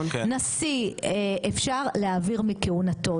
נשיא אפשר להעביר מכהונתו,